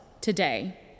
today